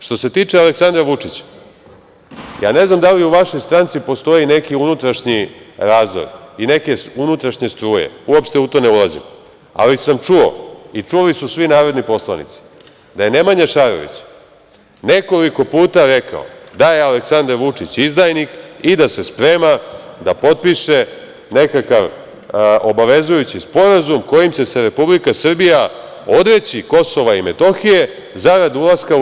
Što se tiče Aleksandra Vučića, ne znam da li u vašoj stranci postoji neki unutrašnji razdor i neke unutrašnje struje, uopšte u to ne ulazim, ali sam čuo i čuli su svi narodni poslanici da je Nemanja Šarović nekoliko puta rekao da je Aleksandar Vučić izdajnik i da se sprema da potpiše nekakav obavezujući sporazum kojim će se Republika Srbija odreći KiM zarad ulaska u EU.